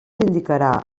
indicarà